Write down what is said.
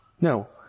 No